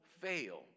fail